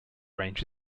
range